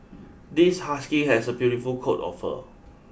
this husky has a beautiful coat of fur